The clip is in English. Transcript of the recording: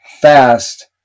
fast